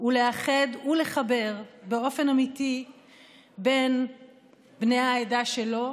ולאחד ולחבר באופן אמיתי בין בני העדה שלו